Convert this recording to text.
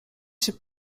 się